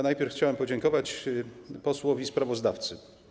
Najpierw chciałem podziękować posłowi sprawozdawcy.